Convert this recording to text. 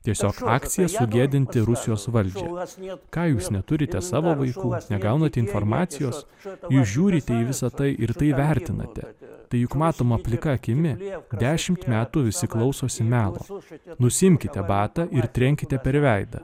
tiesiog akcija sugėdinti rusijos valdžios ne ką jūs neturite savo įžūlus negaunate informacijos žadama žiūrite į visa tai ir tai vertinate tai juk matoma plika akimi dešimt metų visi klausosi melo nusiimkite batą ir trenkite per veidą